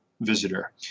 visitor